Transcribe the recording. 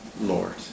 Lord